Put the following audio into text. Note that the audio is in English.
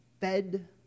fed